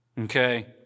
Okay